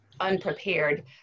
unprepared